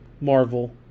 Marvel